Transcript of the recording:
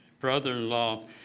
brother-in-law